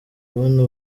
kubona